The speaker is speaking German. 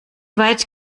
weit